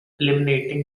eliminating